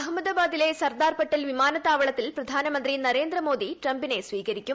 അഹമ്മദാബാദിലെ സർദാർ പട്ടേൽ വിമാനത്താവളത്തിൽ പ്രധാനമന്ത്രി നരേന്ദ്രമോദി ട്രംപിനെ സ്വീകരിക്കും